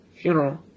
funeral